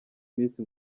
minsi